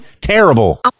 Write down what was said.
terrible